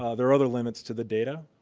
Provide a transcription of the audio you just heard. ah there are other limits to the data.